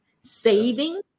saving